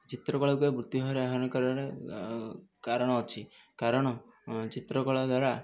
ଚିତ୍ରକଳାକୁ ଏକ ବୃତ୍ତି ଭାବରେ ଆହ୍ୱାନ କରିବାରେ କାରଣ ଅଛି କାରଣ ଚିତ୍ରକଳା ଦ୍ୱାରା